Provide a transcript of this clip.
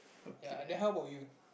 ya then how about you